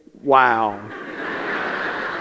wow